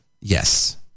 Yes